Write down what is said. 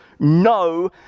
No